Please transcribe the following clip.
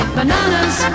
Bananas